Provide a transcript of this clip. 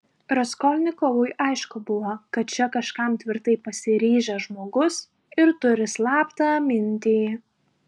raskolnikovui aišku buvo kad čia kažkam tvirtai pasiryžęs žmogus ir turi slaptą mintį